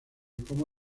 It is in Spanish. cómo